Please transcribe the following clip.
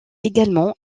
également